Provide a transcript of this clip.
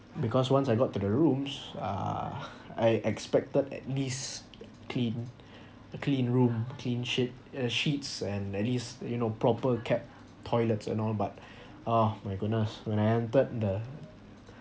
because once I got to the rooms uh I expected at least clean clean room clean sheet uh sheets and at least you know proper kept toilets and all but ah my goodness when I entered the